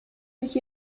mich